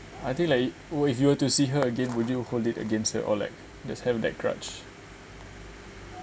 I think like were if you were to see her again would you hold it against the or like just have that grudge